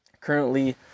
currently